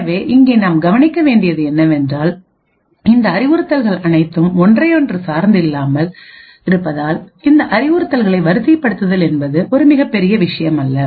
எனவே இங்கே நாம் கவனிக்க வேண்டியது என்னவென்றால் இந்த அறிவுறுத்தல்கள் அனைத்தும் ஒன்றையொன்று சார்ந்து இல்லாமல் இருப்பதால் இந்த அறிவுறுத்தல்களை வரிசைப்படுத்தல் என்பது ஒரு மிகப் பெரிய விஷயமல்ல